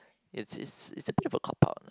it's it's it's a bit of a cop out lah